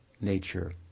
nature